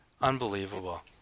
Unbelievable